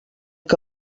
que